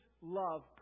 love